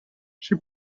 she